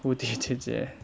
蝴蝶姐姐